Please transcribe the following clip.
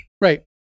Right